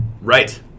Right